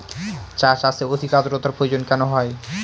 চা চাষে অধিক আদ্রর্তার প্রয়োজন কেন হয়?